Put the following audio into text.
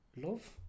Love